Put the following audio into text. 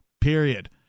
period